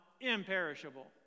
imperishable